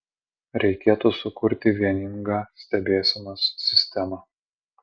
reikėtų sukurti vieningą stebėsenos sistemą